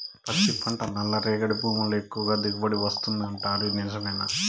పత్తి పంట నల్లరేగడి భూముల్లో ఎక్కువగా దిగుబడి వస్తుంది అంటారు నిజమేనా